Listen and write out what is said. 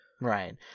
Right